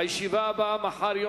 הישיבה הבאה תתקיים מחר,